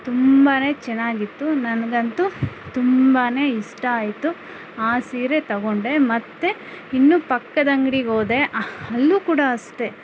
ತುಂಬಾನೆ ಚೆನ್ನಾಗಿತ್ತು ನನಗಂತೂ ತುಂಬಾನೆ ಇಷ್ಟ ಆಯಿತು ಆ ಸೀರೆ ತೊಗೊಂಡೆ ಮತ್ತು ಇನ್ನು ಪಕ್ಕದ ಅಂಗಡಿಗೆ ಹೋದೆ ಅಲ್ಲೂ ಕೂಡ ಅಷ್ಟೆ